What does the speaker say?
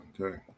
Okay